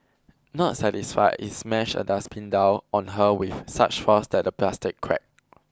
not satisfied he smashed a dustbin down on her with such force that the plastic cracked